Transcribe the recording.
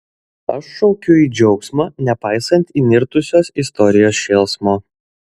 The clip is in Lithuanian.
aš šaukiu į džiaugsmą nepaisant įnirtusios istorijos šėlsmo